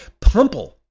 pumple